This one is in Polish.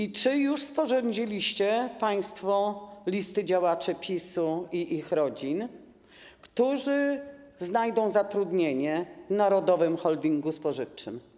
I czy już sporządziliście państwo listy działaczy PiS i członków ich rodzin, którzy znajdą zatrudnienie w narodowym holdingu spożywczym?